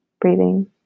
breathing